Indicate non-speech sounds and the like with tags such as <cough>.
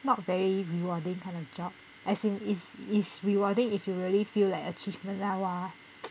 not very rewarding kind of job as in is it's rewarding if you really feel like achievement lah !wah! <noise>